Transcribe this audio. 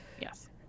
Yes